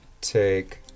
Take